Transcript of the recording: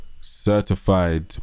certified